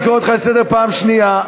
אני קורא אותך לסדר בפעם השנייה.